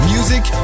Music